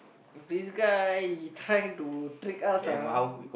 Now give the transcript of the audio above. this guy he try to trick us ah